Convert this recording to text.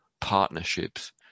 partnerships